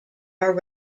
are